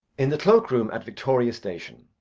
in the cloak-room at victoria station.